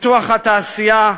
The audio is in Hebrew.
פיתוח התעשייה,